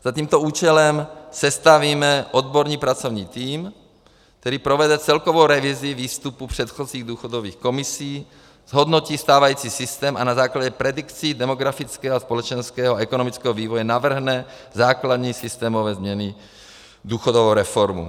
Za tímto účelem sestavíme odborný pracovní tým, který provede celkovou revizi výstupu předchozích důchodových komisí, zhodnotí stávající systém a na základě predikcí demografického, společenského a ekonomického vývoje navrhne základní systémové změny důchodové reformy.